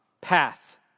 path